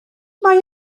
mae